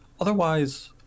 Otherwise